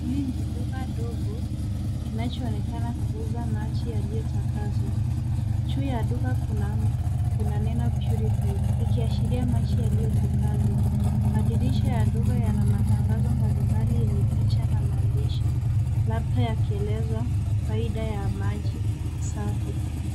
Hili ni duka dogo kinachoonekan kuuza maji yaliyotakazwa, juu ya duka kuna neno purified kuashiria maji yaliyotakazwa, madirisha madogo yana matangazo mbalimbali yenye picha na maandishi labda yakieleza faida ya maji safi.